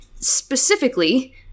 Specifically